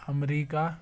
America